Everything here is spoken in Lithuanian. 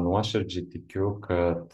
nuoširdžiai tikiu kad